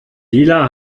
dealer